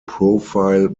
profile